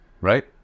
right